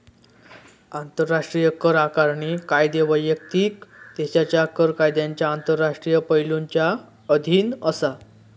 आंतराष्ट्रीय कर आकारणी कायदे वैयक्तिक देशाच्या कर कायद्यांच्या आंतरराष्ट्रीय पैलुंच्या अधीन असा